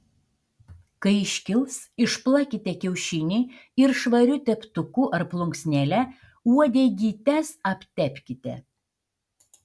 kai iškils išplakite kiaušinį ir švariu teptuku ar plunksnele uodegytes aptepkite